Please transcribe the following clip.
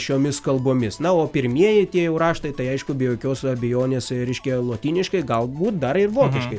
šiomis kalbomis na o pirmieji tie jau raštai tai aišku be jokios abejonės reiškia lotyniškai galbūt dar ir vokiškai